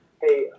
Hey